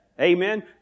Amen